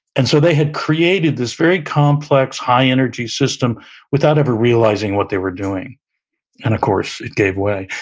and so they had created this very complex, high-energy system without ever realizing what they were doing and of course it gave way.